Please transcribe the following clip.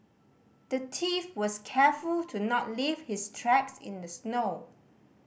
the thief was careful to not leave his tracks in the snow